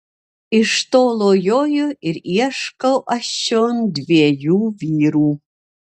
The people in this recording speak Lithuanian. iš tolo joju ir ieškau aš čion dviejų vyrų